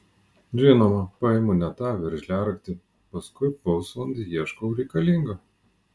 žinoma paimu ne tą veržliaraktį paskui pusvalandį ieškau reikalingo